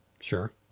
Sure